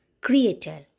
Creator